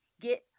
get